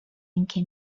اینکه